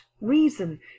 reason